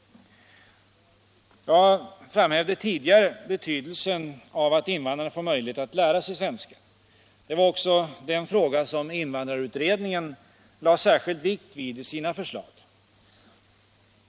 Jag framhävde tidigare betydelsen av att invandrarna får möjlighet att lära sig svenska. Det var också den fråga invandrarutredningen lade särskild vikt vid i sina förslag.